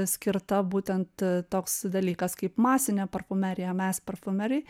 skirta būtent toks dalykas kaip masinė parfumerija mes parfumeriai